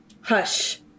Hush